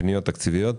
ופניות תקציביות.